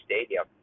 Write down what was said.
stadium